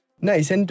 Nice